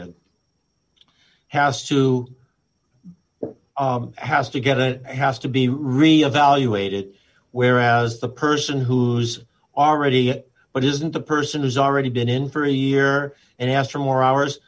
d has to has to get it has to be reevaluated whereas the person who's already but isn't a person who's already been in for a year and asked for more hours